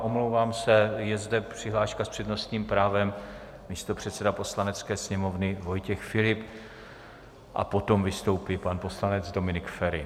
Omlouvám se, je zde přihláška s přednostním právem, místopředseda Poslanecké sněmovny Vojtěch Filip, a potom vystoupí pan poslanec Dominik Feri.